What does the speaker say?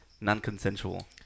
non-consensual